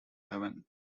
heaven